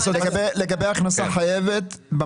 לגבי הכנסה חייבת,